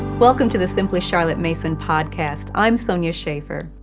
welcome to the simply charlotte mason podcast. i'm sonya shafer.